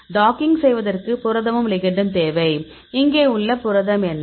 docking செய்வதற்கு புரதமும் லிகெண்டும் தேவை இங்கே உள்ள புரதம் என்ன